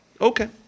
Okay